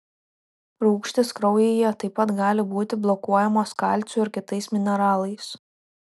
rūgštys kraujyje taip pat gali būti blokuojamos kalciu ir kitais mineralais